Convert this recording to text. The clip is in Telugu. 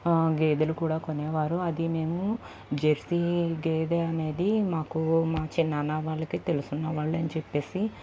గేదులు కూడ కొనేవారు అది మేము జెర్సీ గేదె అనేది మాకు మా చినాన్న వాళ్ళకి తెలుసున్నవాళ్లు అని చెప్పేసి